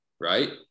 Right